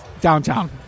downtown